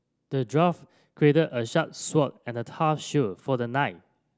the dwarf a sharp sword and a tough shield for the knight